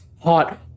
hot